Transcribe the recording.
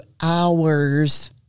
hours